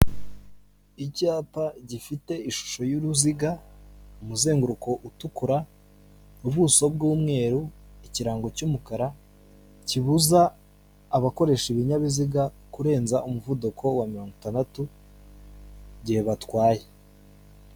Icyapa gifite ishusho y'uruziga, umuzenguruko utukura, ubuso bw'umweru, ikirango cy'umukara kibuza abakoresha ibinyabiziga kurenza umuvuduko wa mirongo itandatu igihe batwaye.